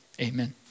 Amen